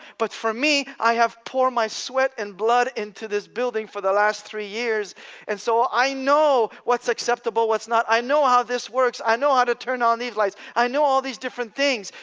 but for me, i have poured my sweat and blood into this building for the last three years and so i know what's acceptable, what's not, i know how this works, i know how to turn on these lights, i know all these different things.